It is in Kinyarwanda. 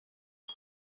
ati